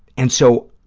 and so,